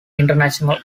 international